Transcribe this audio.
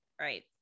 Right